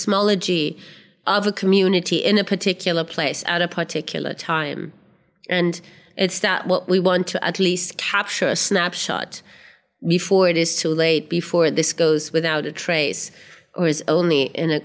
cosmology of a community in a particular place at a particular time and it's that what we want to at least capture a snapshot before it is too late before this goes without a trace or is only in a